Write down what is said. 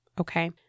Okay